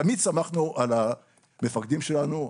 תמיד סמכנו על המפקדים שלנו,